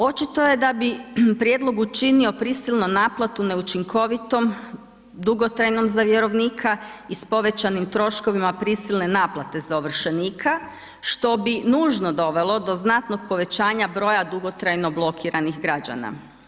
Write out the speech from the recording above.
Očito je da bi prijedlog učinio prisilnu naplatu neučinkovitom, dugotrajnom za vjerovnika i s povećanim troškovima prisilne naplate za ovršenika, što bi nužno dovelo do znatnog povećanja broja dugotrajno blokiranih građana.